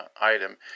item